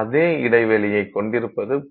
அதே இடைவெளியை கொண்டிருப்பது பொருளின் அளவு 0